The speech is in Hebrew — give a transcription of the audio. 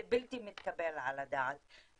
זה בלתי מתקבל על הדעת.